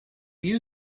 you